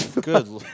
good